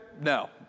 No